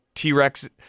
T-Rex